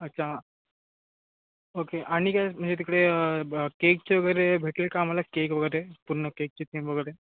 अच्छा ओके आणि काय म्हणजे तिकडे ब केकचे वगैरे भेटेल का आम्हाला केक वगैरे पूर्ण केकची थीम वगैरे